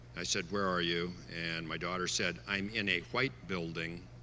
i said, where are you. and my daughter said, i'm in a white building,